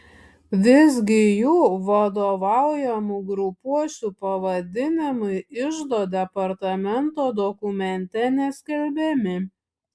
visgi jų vadovaujamų grupuočių pavadinimai iždo departamento dokumente neskelbiami